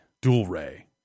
Dual-ray